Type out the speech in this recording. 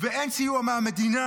ואין סיוע מהמדינה.